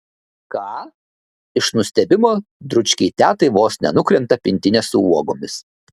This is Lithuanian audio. ką iš nustebimo dručkei tetai vos nenukrenta pintinė su uogomis